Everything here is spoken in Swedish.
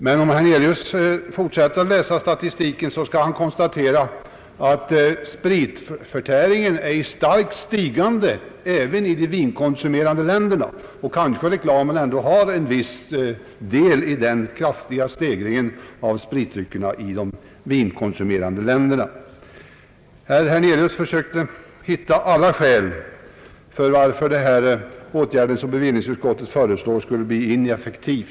Men om herr Hernelius fortsätter att läsa statistiken kan han konstatera, att spritförtäringen är i starkt stigande även i de vinkonsumerande länderna. Kanske reklamen ändå har en viss del i den kraftiga stegringen av spritdryckskonsumtionen i de vinkonsumerande länderna. Herr Hernelius försökte hitta alla skäl för att den åtgärd, som bevillningsutskottet föreslår, skulle bli ineffektiv.